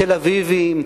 תל-אביבים,